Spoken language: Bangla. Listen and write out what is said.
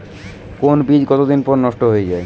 কোন বীজ কতদিন পর নষ্ট হয়ে য়ায়?